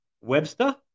Webster